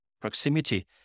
proximity